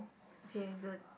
okay good